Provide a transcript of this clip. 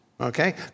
Okay